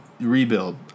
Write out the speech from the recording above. rebuild